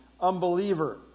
unbeliever